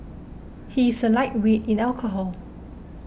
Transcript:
he is a lightweight in alcohol